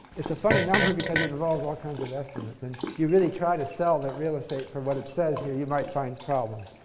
it's a funny number, because it involves all kinds of estimates. and if you really try to sell that real estate for what it says here, you might find problems.